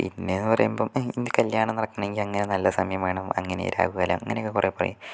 പിന്നേന്ന് പറയുമ്പം ഈ കല്യാണം നടക്കണമെങ്കിൽ അങ്ങനെ നല്ല സമയം വേണം അങ്ങനെ രാഹുകാലം അങ്ങനെയൊക്കെ കുറെ പറയും